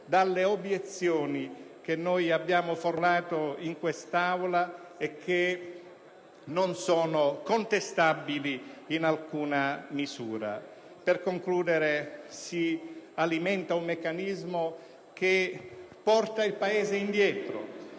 dalle obiezioni che abbiamo formulato in quest'Aula e che non sono contestabili in alcuna misura. In conclusione, si alimenta un meccanismo che riporta il Paese indietro.